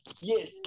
yes